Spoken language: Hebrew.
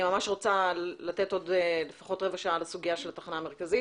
ממש רוצה לתת לפחות עוד רבע שעה לסוגיה של התחנה המרכזית.